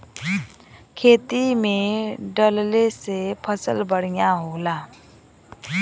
खेती में डलले से फसल बढ़िया होला